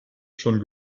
schon